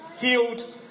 healed